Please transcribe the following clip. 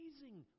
amazing